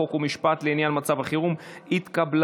חוק ומשפט לעניין מצב חירום נתקבלה.